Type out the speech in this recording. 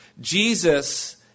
Jesus